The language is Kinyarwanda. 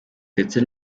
ndetse